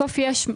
בסוף יש,